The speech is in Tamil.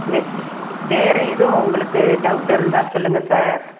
வே வேறு எதுவும் உங்களுக்கு டவுட் இருந்தால் சொல்லுங்கள் சார்